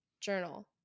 journal